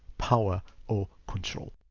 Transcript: power, or control.